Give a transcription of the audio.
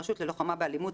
הרשות ללוחמה באלימות,